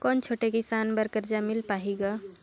कौन छोटे किसान बर कर्जा मिल पाही ग?